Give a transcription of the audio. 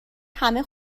همه